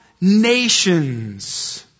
nations